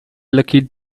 lucky